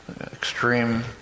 extreme